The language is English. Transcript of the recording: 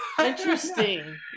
interesting